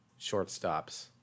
shortstops